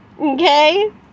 okay